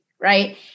Right